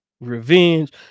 revenge